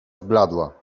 zbladła